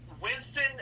Winston